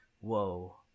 whoa